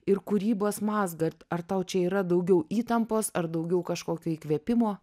ir kūrybos mazgą ar ar tau čia yra daugiau įtampos ar daugiau kažkokio įkvėpimo